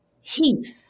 Heat